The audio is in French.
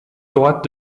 droite